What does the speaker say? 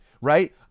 right